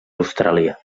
austràlia